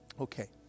Okay